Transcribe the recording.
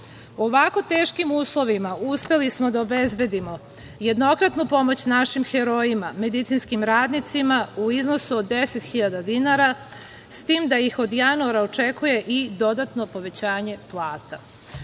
ovako teškim uslovima uspeli smo da obezbedimo jednokratnu pomoć našim herojima medicinskim radnicima u iznosu od deset hiljada dinara, s tim da ih od januara očekuje i dodatno povećanje plata. Važno